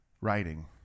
writing